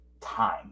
time